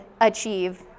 achieve